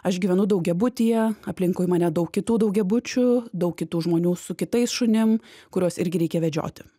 aš gyvenu daugiabutyje aplinkui mane daug kitų daugiabučių daug kitų žmonių su kitais šunim kuriuos irgi reikia vedžioti